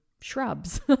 shrubs